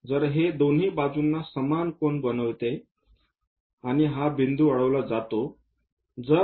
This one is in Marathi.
तर हे दोन्ही बाजूंना समान कोन बनवते आणि हा बिंदू वाढविला जातो